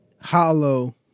Hollow